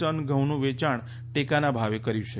ton ઘઉંનું વેચાણ ટેકાના ભાવે કર્યુ છે